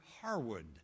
Harwood